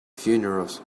funerals